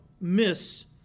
miss